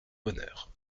bonheur